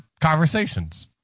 conversations